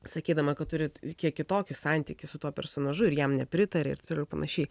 sakydama kad turi kiek kitokį santykį su tuo personažu ir jam nepritaria ir taip toliau panašiai